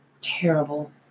terrible